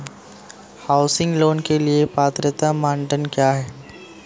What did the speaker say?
Housing loan के लिए पात्रता मानदंड क्या हैं?